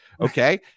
Okay